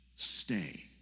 Stay